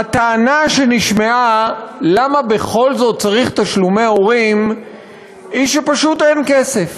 הטענה שנשמעה למה בכל זאת צריך תשלומי הורים היא שפשוט אין כסף.